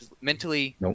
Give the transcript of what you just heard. mentally